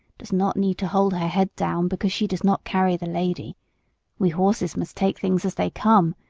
does not need to hold her head down because she does not carry the lady we horses must take things as they come,